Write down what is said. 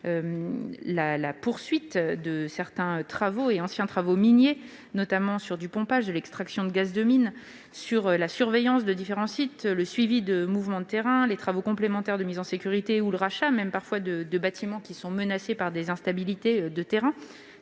la poursuite de certains travaux et anciens travaux miniers, notamment du pompage, de l'extraction de gaz de mine, de la surveillance des différents sites, du suivi de mouvements de terrain, des travaux complémentaires de mise en sécurité ou même parfois du rachat de bâtiments menacés par des instabilités de terrain.